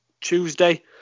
Tuesday